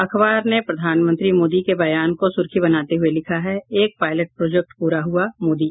अखबार ने प्रधानमंत्री मोदी के बयान को सुर्खी बनाते हुये लिखा है एक पायलट प्रोजेक्ट पूरा हुआ मोदी